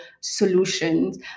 solutions